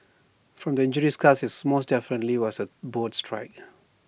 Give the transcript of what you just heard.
from the injury scars IT is more definitely was A boat strike